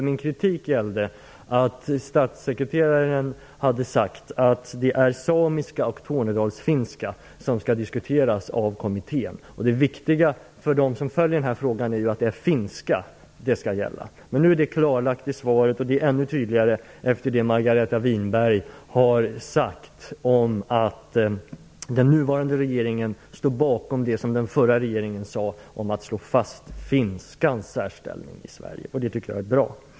Min kritik gällde att statssekreteraren hade sagt att det är samiska och tornedalsfinska som skall diskuteras av kommittén, när det viktiga för dem som följer denna fråga är att det skall vara finska. Detta klargjordes i svaret och är nu ännu tydligare efter att Margareta Winberg sade att den nuvarande regeringen står bakom det som den förra regeringen gjorde, nämligen att slå fast finskans särställning i Sverige. Det tycker jag är bra.